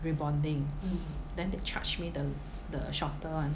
rebonding then they charged me the the shorter [one]